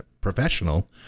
professional